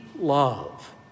love